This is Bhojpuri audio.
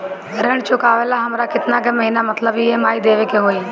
ऋण चुकावेला हमरा केतना के महीना मतलब ई.एम.आई देवे के होई?